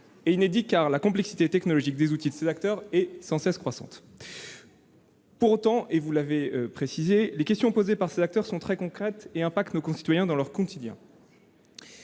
Inédits, car la complexité technologique des outils de ces acteurs est sans cesse croissante. Pour autant, et vous l'avez rappelé, les questions posées par ces acteurs sont très concrètes et ont impact sur nos concitoyens dans leur quotidien.